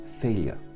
failure